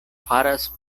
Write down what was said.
faras